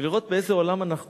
ולראות באיזה עולם אנחנו חיים.